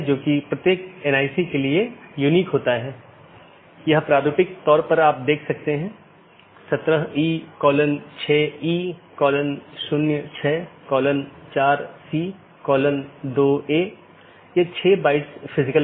तो इसका मतलब यह है कि OSPF या RIP प्रोटोकॉल जो भी हैं जो उन सूचनाओं के साथ हैं उनका उपयोग इस BGP द्वारा किया जा रहा है